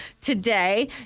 today